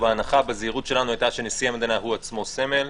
ההנחה בזהירות שלנו הייתה שנשיא המדינה הוא עצמו סמל.